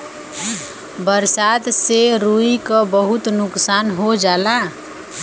बरसात से रुई क बहुत नुकसान हो जाला